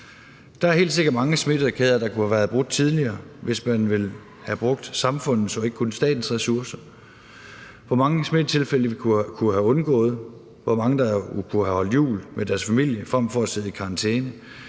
Der er helt sikkert mange smittekæder, der kunne have været brudt tidligere, hvis man ville have brugt samfundets og ikke kun statens ressourcer. Hvor mange smittetilfælde kunne vi have undgået, og hvor mange ville kunne have holdt jul med deres familie frem for at sidde i karantæne?